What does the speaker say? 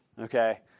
Okay